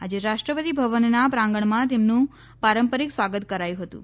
આજે રાષ્ટ્રપતિ ભવનના પ્રાંગણમાં તેમનું પારંપરિક સ્વાગત કરાયુ હતુ